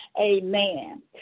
Amen